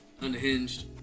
unhinged